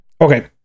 Okay